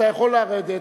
אתה יכול לרדת,